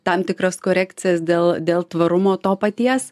tam tikras korekcijas dėl dėl tvarumo to paties